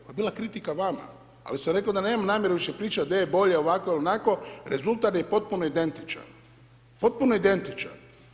Pa bila kritika vama, ali sam reko da nemam namjeru više pričat gdje je bolje, ovako ili onako rezultat je potpun o identičan, potpuno identičan.